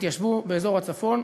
והתיישבו באזור הצפון,